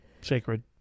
sacred